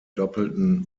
doppelten